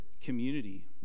community